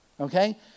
Okay